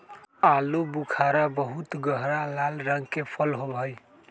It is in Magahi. आलू बुखारा बहुत गहरा लाल रंग के फल होबा हई